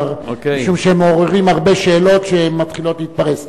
משום שהם מעוררים הרבה שאלות שמתחילות להתפרס.